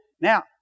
Now